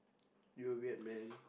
you're weird man